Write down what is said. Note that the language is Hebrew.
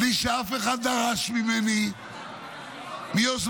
בלי שאף אחד דרש ממני, מיוזמתי,